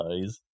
guys